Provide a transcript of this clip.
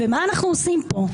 ומה אנחנו עושים פה?